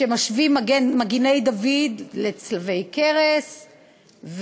שמשווים מגיני-דוד לצלבי קרס,